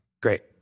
Great